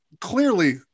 clearly